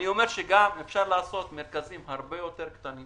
אני אומר שגם אפשר לעשות מרכזים הרבה יותר קטנים